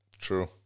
True